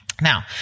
Now